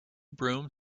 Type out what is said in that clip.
broom